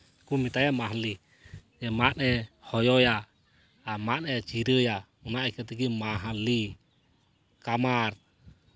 ᱠᱚ ᱢᱮᱛᱟᱭᱟ ᱢᱟᱦᱞᱮ ᱢᱟᱜ ᱮ ᱦᱚᱭᱚᱭᱟ ᱟᱨᱮ ᱢᱟᱜ ᱮ ᱪᱤᱨᱟᱹᱭᱟ ᱚᱱᱟ ᱤᱭᱠᱷᱟᱹ ᱛᱮᱠᱚ ᱢᱮᱛᱟᱭᱟᱛᱟ ᱢᱟᱦᱞᱤ ᱠᱟᱢᱟᱨ